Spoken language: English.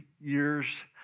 years